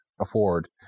afford